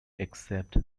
except